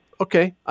Okay